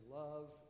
love